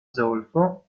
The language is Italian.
zolfo